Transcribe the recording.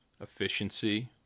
efficiency